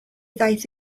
ddaeth